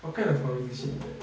what kind of conversation is that